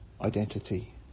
identity